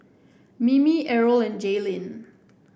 Mimi Errol and Jaylin